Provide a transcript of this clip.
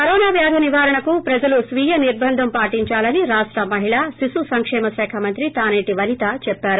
corona వ్యాధి నివారణకు ప్రజలు స్వీయ నిర్బందం పాటించాలని రాష్ట మహిళా శిశు సంక్షేమ శాఖ మంత్రి తానేటి వనిత చెప్పారు